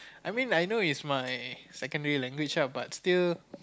I mean I know is my secondary language lah but still